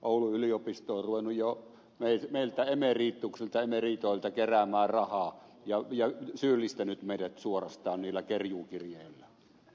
oulun yliopisto on ruvennut jo meiltä emerituksilta ja emeritoilta keräämään rahaa ja syyllistänyt meidät suorastaan niillä kerjuukirjeillä